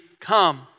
Come